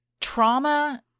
trauma